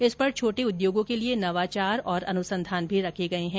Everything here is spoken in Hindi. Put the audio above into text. इस पर छोटे उद्योगों के लिए नवाचार और अनुसंधान भी रखे गए हैं